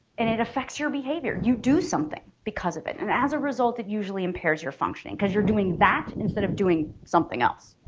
and it affects your behavior you do something because of it and as a result it usually impairs your functioning because you're doing that and instead of doing something else